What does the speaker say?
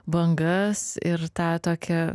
bangas ir tą tokį